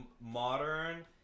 Modern